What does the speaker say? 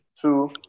two